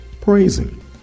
praising